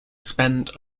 spend